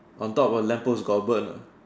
on top of your lamp post got a bird or not